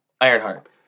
Ironheart